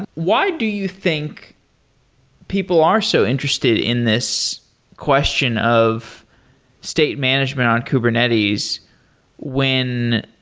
why do you think people are so interested in this question of state management on kubernetes when